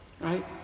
right